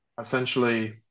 essentially